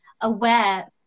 aware